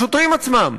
השוטרים עצמם.